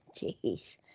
Jeez